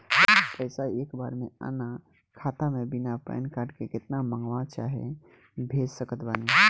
पैसा एक बार मे आना खाता मे बिना पैन कार्ड के केतना मँगवा चाहे भेज सकत बानी?